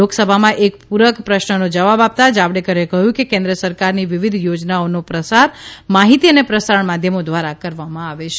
લોકસભામાં એક પૂરક પ્રશ્નોનો જવાબ આપતા જાવડેકરે કહ્યું કે કેન્દ્ર સરકારની વિવિધ યોજનાઓનો પ્રસાર માહિત અને પ્રસારણ માધ્યમો દ્વારા કરવામાં આવે છે